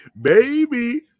baby